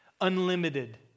unlimited